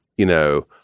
you know,